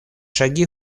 шаги